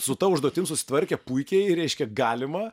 su ta užduotim susitvarkė puikiai reiškia galima